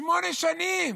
שמונה שנים.